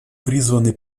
призваны